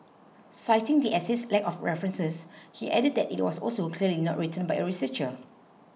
citing the essay's lack of references he added that it was also clearly not written by a researcher